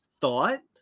thought